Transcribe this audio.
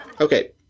Okay